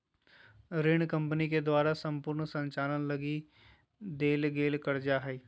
ऋण कम्पनी के द्वारा सम्पूर्ण संचालन लगी देल गेल कर्जा हइ